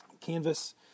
Canvas